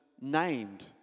named